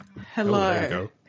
Hello